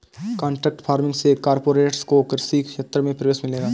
contract farming से corporates को कृषि क्षेत्र में प्रवेश मिलेगा